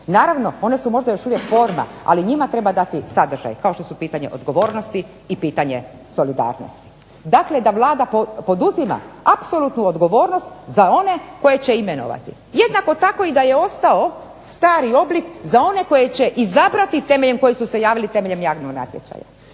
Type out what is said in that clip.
naravno one su možda još uvijek forma ali njima treba dati sadržaj kao što su pitanje odgovornosti i pitanje solidarnosti. Dakle da Vlada poduzima apsolutnu odgovornost za one koje će imenovati. Jednako tako i da je ostao stari oblik za one koje će izabrati koji su se javili temeljem javnog natječaja.